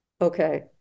Okay